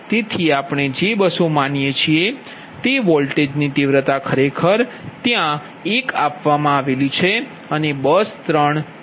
તેથી આપણે જે બસો માનીએ છીએ તે વોલ્ટેજની તીવ્રતા ખરેખર તે 1 છે